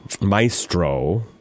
Maestro